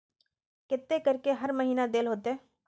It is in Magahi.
केते करके हर महीना देल होते?